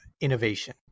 innovation